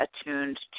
attuned